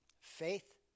Faith